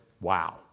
wow